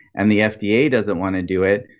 and the fda doesn't want to do it,